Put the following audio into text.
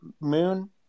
moon